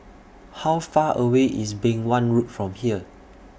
How Far away IS Beng Wan Road from here